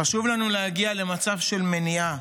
חשוב לנו להגיע למצב של מניעה,